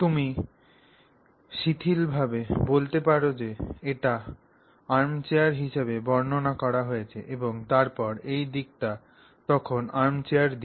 তুমি শিথিলভাবে বলতে পার যে এটি আর্মচেয়ার হিসাবে বর্ণনা করা হয়েছে এবং তারপরে এই দিকটি তখন আর্মচেয়ার দিক